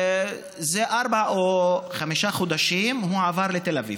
לפני ארבעה או חמישה חודשים הוא עבר לתל אביב.